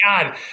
God